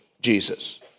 Jesus